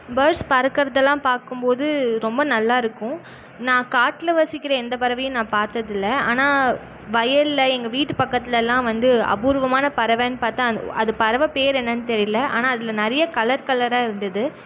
birds பறக்கிறதெல்லாம் பார்க்கும்போது ரொம்ப நல்லாயிருக்கும் நான் காட்டில் வசிக்கிற எந்த பறவையையும் நான் பார்த்தது இல்லை ஆனால் வயலில் எங்கள் வீட்டு பக்கத்தில் எல்லாம் வந்து அபூர்வமான பறவைன்னு பார்த்தா அது அந்த பறவை பேர் என்னென்னு தெரியல ஆனால் அதில் நிறைய கலர் கலராக இருந்தது